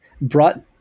brought